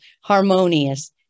harmonious